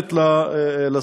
מועברת לשרים?